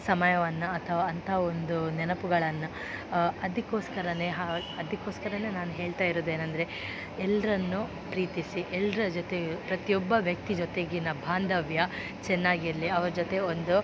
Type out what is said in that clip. ಸಮಯವನ್ನು ಅಥವಾ ಅಂಥ ಒಂದು ನೆನಪುಗಳನ್ನು ಅದಕ್ಕೋಸ್ಕರವೇ ಹಾ ಅದಕ್ಕೋಸ್ಕರವೇ ನಾನು ಹೇಳ್ತಾ ಇರೋದೇನೆಂದ್ರೆ ಎಲ್ಲರನ್ನು ಪ್ರೀತಿಸಿ ಎಲ್ಲರ ಜೊತೆ ಪ್ರತಿ ಒಬ್ಬ ವ್ಯಕ್ತಿ ಜೊತೆಗಿನ ಬಾಂಧವ್ಯ ಚೆನ್ನಾಗಿರಲಿ ಅವ್ರ ಜೊತೆ ಒಂದು